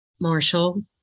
Marshall